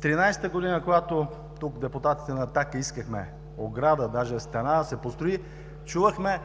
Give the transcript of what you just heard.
През 2013 г., когато тук депутатите на „Атака“ искахме ограда, даже стена да се построи, чувахме